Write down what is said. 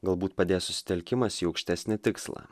galbūt padės telkimas į aukštesnį tikslą